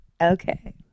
Okay